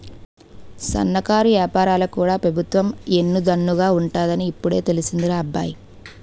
సన్నకారు ఏపారాలకు కూడా పెబుత్వం ఎన్ను దన్నుగా ఉంటాదని ఇప్పుడే తెలిసిందిరా అబ్బాయి